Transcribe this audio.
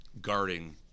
guarding